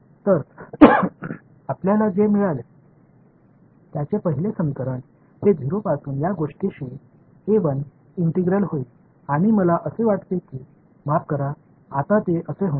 तर आपल्याला जे मिळेल त्याचे पहिले समीकरण हे 0 पासून या गोष्टीशी इंटिग्रल होईल आणि मला असे वाटते की माफ करा आता ते असे होणार नाही